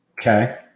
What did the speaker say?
Okay